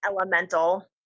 elemental